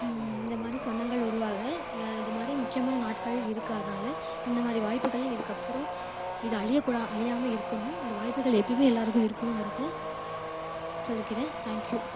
இந்த மாதிரி சொந்தங்கள் உருவாக இது மாதிரி முக்கியமான நாட்கள் இருக்காதனால் இந்த மாதிரி வாய்ப்புகள் இதுக்கு அப்புறம் இது அழியக் கூடா அழியாம இருக்கணும் இந்த வாய்ப்புகள் எப்பவுமே இருக்கணுங்கிறத சொல்லிக்கிறேன் தேங்க்யூ